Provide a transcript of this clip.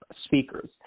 speakers